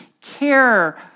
care